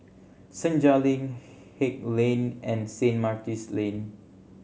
Senja Link Haig Lane and Saint Martin's Lane